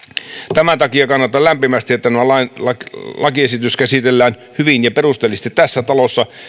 tämän takia kannatan lämpimästi että lakiesitys käsitellään hyvin ja perusteellisesti tässä talossa